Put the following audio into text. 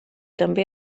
també